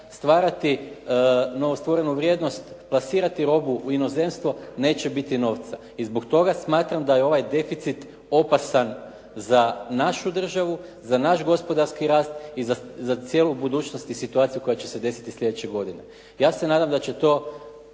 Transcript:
stvarati novostvorenu vrijednost, plasirati robu u inozemstvo neće biti novca. I zbog toga smatram da je ovaj deficit opasan za našu državu, za naš gospodarski rast i za cijelu budućnost i situaciju koja će se desiti sljedeće godine. Ja se nadam da će to